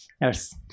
Yes